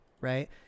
Right